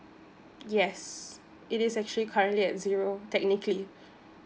yes it is actually currently at zero technically